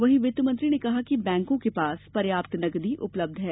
वहीं वित्त मंत्री ने कहा कि बैंकों के पास पर्याप्त नकदी उपलब्ध है